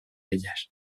ellas